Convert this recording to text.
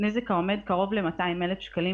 נזק העומד קרוב ל-200,000 שקלים,